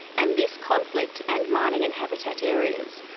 and this conflict and mining in habitat areas,